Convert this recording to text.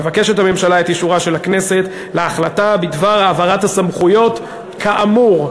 הממשלה מבקשת את אישורה של הכנסת להחלטה בדבר העברת הסמכויות כאמור.